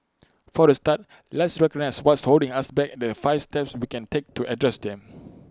for A start let's recognise what's holding us back the five steps we can take to address them